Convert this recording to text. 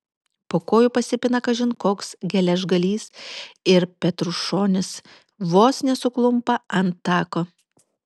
po kojų pasipina kažin koks geležgalys ir petrušonis vos nesuklumpa ant tako